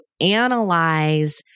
analyze